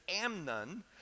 Amnon